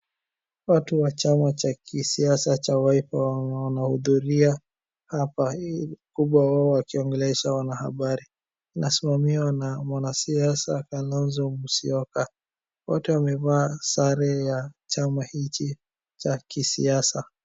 Watu wa chama cha kisiasa cha Wiper wanahudhuria hapa. Mkubwa akiongelesha wanahabari. Inasimamiwa na mkubwa wao Kalonzo Musyoka. Wote wamevaa sare za chama hiki cha kisiasa.